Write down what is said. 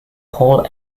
whole